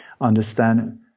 understand